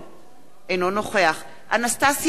אינו נוכח אנסטסיה מיכאלי,